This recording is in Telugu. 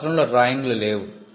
ఈ పత్రంలో డ్రాయింగ్లు లేవు